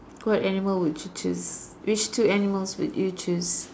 what animal would you choose which two animals would you choose